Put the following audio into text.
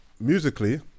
musically